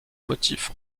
motifs